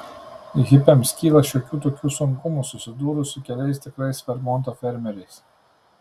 hipiams kyla šiokių tokių sunkumų susidūrus su keliais tikrais vermonto fermeriais